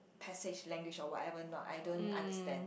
passage language or whatever not I don't understand